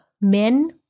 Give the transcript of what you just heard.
men